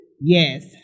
Yes